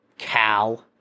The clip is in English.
cow